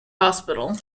hospital